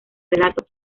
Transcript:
relato